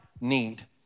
need